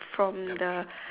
from the